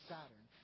Saturn